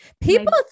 People